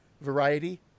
variety